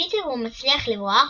פטיגרו מצליח לברוח,